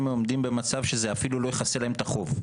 הם עומדים במצב שזה אפילו לא יכסה להם את החוב.